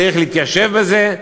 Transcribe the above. צריך להתיישב בזה,